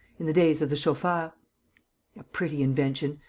in the days of the chauffeurs. a pretty invention!